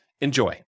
Enjoy